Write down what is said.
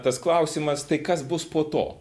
tas klausimas tai kas bus po to